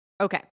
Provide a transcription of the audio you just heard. Okay